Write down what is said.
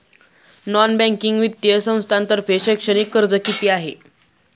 Non banking वित्तीय संस्थांतर्फे शैक्षणिक कर्ज किती आहे?